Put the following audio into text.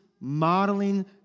modeling